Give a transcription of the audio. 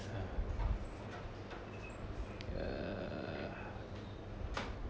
ah err